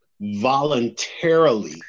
voluntarily